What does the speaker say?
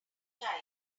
time